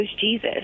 Jesus